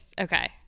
Okay